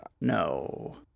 no